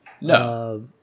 No